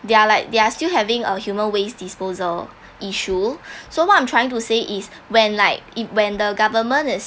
they're like they're still having a human waste disposal issue so what I'm trying to say is when like it when the government is